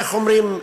איך אומרים,